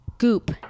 Goop